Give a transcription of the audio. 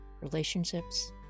relationships